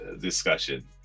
discussion